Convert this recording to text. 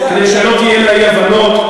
כדי שלא תהיינה אי-הבנות,